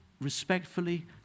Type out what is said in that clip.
respectfully